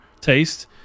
taste